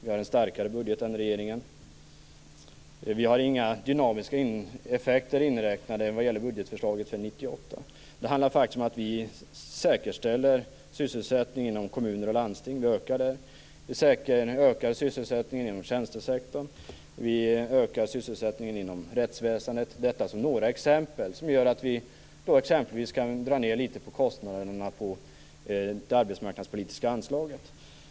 Vi har en starkare budget än regeringen. Vi har inga dynamiska effekter inräknade i budgetförslaget för 1998. Det handlar faktiskt om att vi säkerställer och ökar sysselsättningen inom kommuner och landsting, vi ökar sysselsättningen inom tjänstesektorn, och vi ökar sysselsättningen inom rättsväsendet. Detta är några exempel som gör att vi kan dra ned litet grand på kostnaderna för det arbetsmarknadspolitiska anslaget.